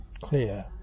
clear